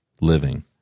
living